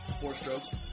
Four-strokes